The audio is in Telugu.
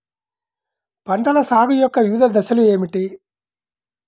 పంటల సాగు యొక్క వివిధ దశలు ఏమిటి?